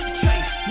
chase